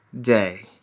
day